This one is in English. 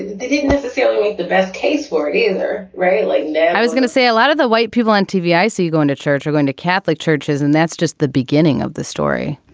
they didn't necessarily make the best case for it either right like now, i was going to say a lot of the white people on tv, i see you going to church or going to catholic churches. and that's just the beginning of the story.